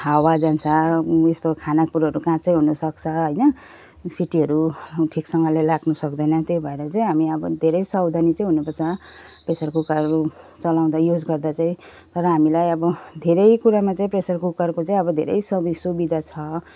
हावा जान्छ उ यस्तो खाना कुरोहरू काँचै हुनसक्छ होइन सिटीहरू ठिकसँगले लाग्नु सक्दैन त्यही भएर चाहिँ हामी अब धेरै सावधानी चाहिँ हुनुपर्छ प्रेसर कुकर चलाउँदा युज गर्दा चाहिँ तर हामीलाई अब धेरै कुरामा चाहिँ प्रेसर कुकरको चाहिँ अब धेरै सवि सुविधा छ